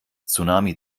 tsunami